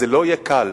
זה לא יהיה קל.